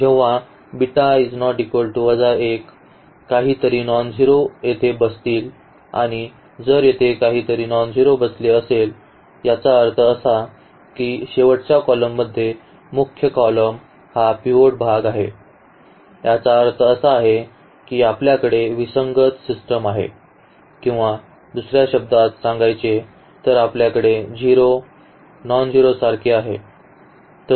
जेव्हा काहीतरी नॉनझेरो येथे बसतील आणि जर येथे काहीतरी नॉनझेरो बसले असेल याचा अर्थ असा की शेवटच्या column मध्ये मुख्य column हा पिव्होट भाग आहे याचा अर्थ असा आहे की आपल्याकडे विसंगत सिस्टम आहे किंवा दुसर्या शब्दात सांगायचे तर आपल्याकडे 0 नॉनझेरोसारखे आहे